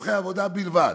לצורכי עבודה בלבד,